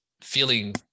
feeling